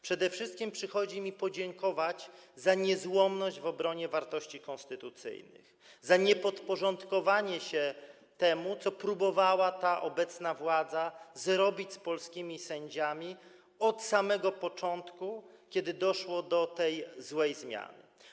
Przede wszystkim przychodzi mi podziękować za niezłomność w obronie wartości konstytucyjnych, za niepodporządkowanie się temu, co obecna władza próbowała zrobić z polskimi sędziami od samego początku, kiedy doszło do tej złej zmiany.